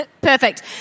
Perfect